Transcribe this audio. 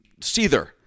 Seether